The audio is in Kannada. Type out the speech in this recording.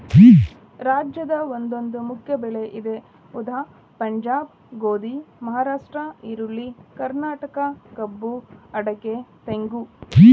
ರಾಜ್ಯದ ಒಂದೊಂದು ಮುಖ್ಯ ಬೆಳೆ ಇದೆ ಉದಾ ಪಂಜಾಬ್ ಗೋಧಿ, ಮಹಾರಾಷ್ಟ್ರ ಈರುಳ್ಳಿ, ಕರ್ನಾಟಕ ಕಬ್ಬು ಅಡಿಕೆ ತೆಂಗು